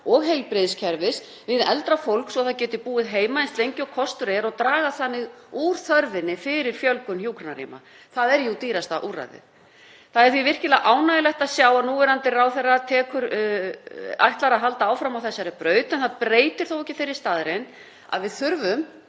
og heilbrigðiskerfis við eldra fólk svo það geti búið heima eins lengi og kostur er og draga þannig úr þörfinni fyrir fjölgun hjúkrunarrýma. Það er jú dýrasta úrræðið. Það er því virkilega ánægjulegt að sjá að núverandi ráðherra ætlar að halda áfram á þessari braut, en það breytir þó ekki þeirri staðreynd að við þurfum